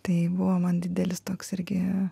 tai buvo man didelis toks irgi